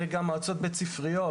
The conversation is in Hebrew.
מועצות בתי ספריות.